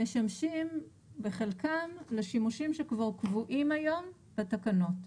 משמשים בחלקם לשימושים שכבר קבועים היום בתקנות,